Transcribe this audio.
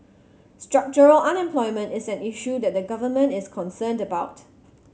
structural unemployment is an issue that the Government is concerned about